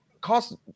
cost